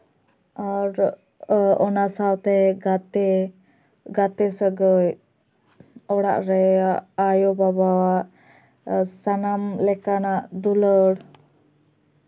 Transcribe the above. ᱟᱨ ᱚᱱᱟ ᱚᱱᱟ ᱥᱟᱶᱛᱮ ᱜᱟᱛᱮ ᱜᱟᱛᱮ ᱥᱟᱹᱜᱟᱹᱭ ᱚᱲᱟᱜ ᱨᱮᱭᱟᱜ ᱟᱭᱚᱼᱵᱟᱵᱟᱣᱟᱜ ᱮᱸᱜ ᱥᱟᱱᱟᱢ ᱞᱮᱠᱟᱱᱟᱜ ᱫᱩᱞᱟᱹᱲ